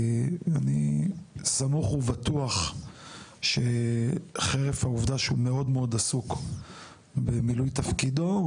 אני סמוך ובטוח שחרף העובדה שהוא מאוד מאוד עסוק במילוי תפקידו הוא